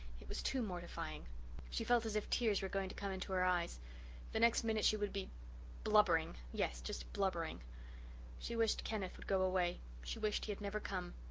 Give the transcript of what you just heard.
it was too mortifying she felt as if tears were going to come into her eyes the next minute she would be blubbering yes, just blubbering she wished kenneth would go away she wished he had never come.